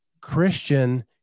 Christian